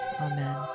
Amen